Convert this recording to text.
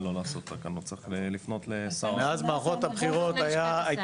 זה משהו שצריך לדון עליו,